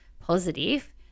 positive